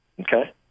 Okay